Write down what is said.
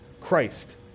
Christ